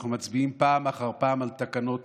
אנחנו מצביעים פעם אחר פעם על תקנות